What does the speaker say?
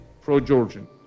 pro-Georgian